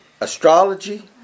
Astrology